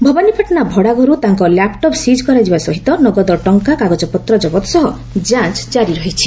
ଭବାନୀପାଟଣା ଭଡ଼ାଘରୁ ତାଙ୍କ laptop seize କରିବା ସହିତ ନଗତ ଟଙ୍ଙା କାଗଜପତ୍ର ଜବତ ସହ ଯାଞ୍ ଜାରି ରହିଛି